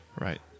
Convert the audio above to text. Right